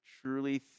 truly